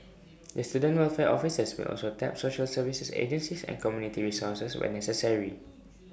the student welfare officers will also tap social services agencies and community resources where necessary